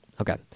Okay